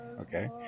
okay